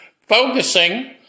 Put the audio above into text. focusing